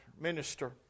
minister